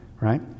Right